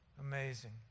Amazing